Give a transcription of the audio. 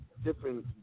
different